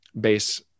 base